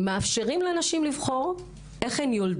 מאפשרים לנשים לבחור איך הן יולדות.